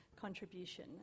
contribution